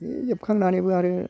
बे जोबखांनानैबो आरो